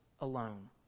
alone